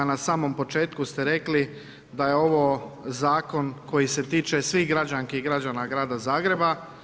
Na samom početku ste rekli da je ovo Zakon koji se tiče svih građanki i građana grada Zagreba.